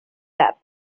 that